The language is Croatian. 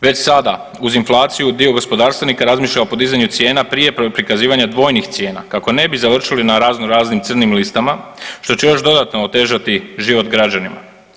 Već sada uz inflaciju dio gospodarstvenika razmišlja o podizanju cijena prije prikazivanja dvojnih cijena kako ne bi završili na razno raznim crnim listama što će još dodatno otežati život građanima.